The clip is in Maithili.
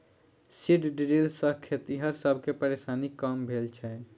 सीड ड्रील सॅ खेतिहर सब के परेशानी कम भेल छै